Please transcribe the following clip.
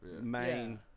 main